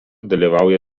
dalyvauja